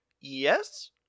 Yes